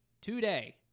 Today